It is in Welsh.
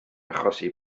achosi